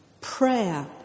prayer